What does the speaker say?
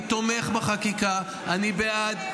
אני בעד,